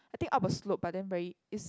I think up a slope but then very it's